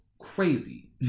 crazy